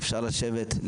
אפשר לשבת,